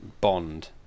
Bond